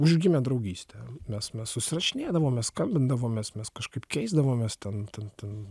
užgimė draugystė mes mes susirašinėdavome skambindavomės mes kažkaip keisdavomės ten ten ten